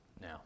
now